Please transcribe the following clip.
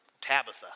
Tabitha